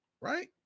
Right